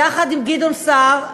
יחד עם גדעון סער.